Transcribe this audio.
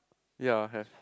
ya have